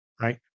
Right